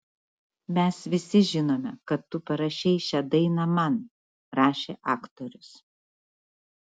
mes visi žinome kad tu parašei šią dainą man rašė aktorius